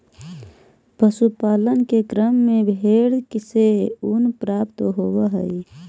पशुपालन के क्रम में भेंड से ऊन प्राप्त होवऽ हई